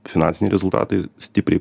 finansiniai rezultatai stipriai